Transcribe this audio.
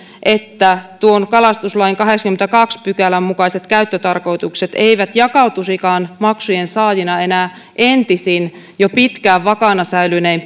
että tuon kalastuslain kahdeksannenkymmenennentoisen pykälän mukaiset käyttötarkoitukset eivät jakautuisikaan maksujen saajina enää entisin jo pitkään vakaana säilynein